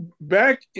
back